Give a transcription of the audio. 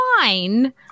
fine